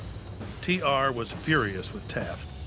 t r. was furious with taft.